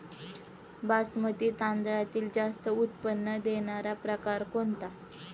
बासमती तांदळातील जास्त उत्पन्न देणारा प्रकार कोणता?